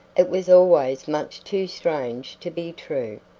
it was always much too strange to be true.